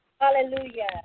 Hallelujah